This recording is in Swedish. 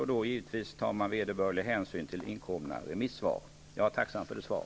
Då tar man givetvis vederbörlig hänsyn till inkomna remissvar. Jag är tacksam för detta svar.